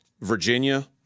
Virginia